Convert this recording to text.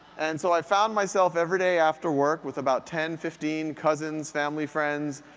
and so, i found myself every day after work with about ten, fifteen cousins, family friends,